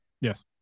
Yes